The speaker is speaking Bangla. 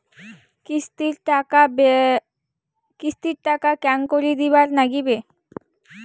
কিস্তির টাকা কেঙ্গকরি দিবার নাগীবে?